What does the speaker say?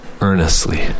earnestly